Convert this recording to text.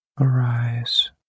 arise